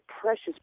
precious